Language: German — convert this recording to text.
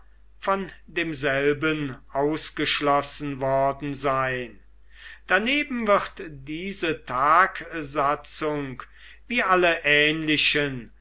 von demselben ausgeschlossen worden sein daneben wird diese tagsatzung wie alle ähnlichen